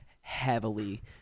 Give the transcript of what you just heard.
heavily